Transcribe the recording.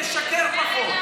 תשקר פחות.